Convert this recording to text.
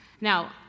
Now